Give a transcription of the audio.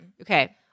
Okay